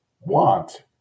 want